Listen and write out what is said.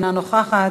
אינה נוכחת,